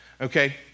Okay